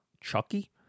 Chucky